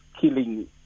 killing